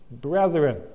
brethren